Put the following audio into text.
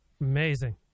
Amazing